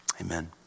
amen